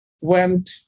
went